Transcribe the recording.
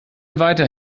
weiter